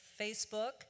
Facebook